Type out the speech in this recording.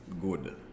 good